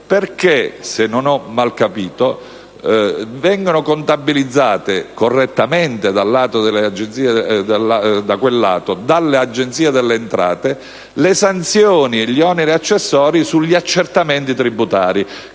perché - se non ho capito male - vengono contabilizzate, correttamente da quel lato, dalle agenzie delle entrate le sanzioni e gli oneri accessori sugli accertamenti tributari,